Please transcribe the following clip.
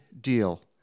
deal